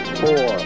four